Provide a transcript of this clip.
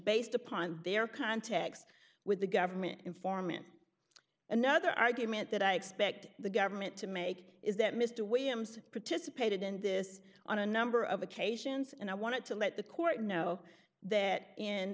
based upon their contacts with the government informant another argument that i expect the government to make is that mr williams participated in this on a number of occasions and i wanted to let the court know that